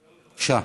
בבקשה.